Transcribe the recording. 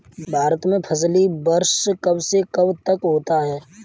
भारत में फसली वर्ष कब से कब तक होता है?